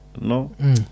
No